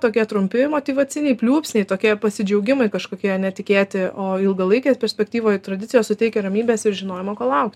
tokie trumpi motyvaciniai pliūpsniai tokie pasidžiaugimai kažkokie netikėti o ilgalaikėj perspektyvoj tradicijos suteikia ramybės ir žinojimo ko laukt